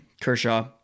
Kershaw